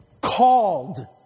Called